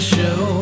Show